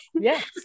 yes